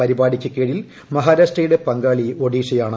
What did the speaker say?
പരിപാടിയ്ക്ക് കീഴിൽ മഹാരാഷ്ട്രയുടെ പങ്കാളി ഒഡീഷയാണ്